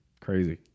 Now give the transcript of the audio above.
Crazy